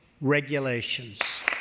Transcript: regulations